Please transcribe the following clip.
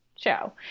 show